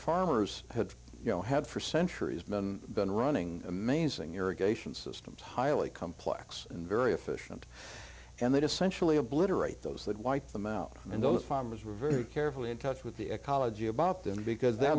farmers had you know had for centuries been been running amazing irrigation systems highly complex and very efficient and they just sensually obliterate those that wiped them out and those farmers were very carefully in touch with the ecology about them because the